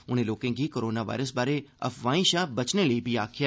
उनें लोकें गी करोना वायरस बारै अफवाहें शा बचने लेई बी आखेआ